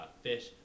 fish